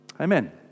Amen